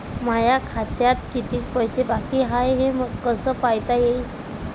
माया खात्यात कितीक पैसे बाकी हाय हे कस पायता येईन?